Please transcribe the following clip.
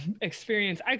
experience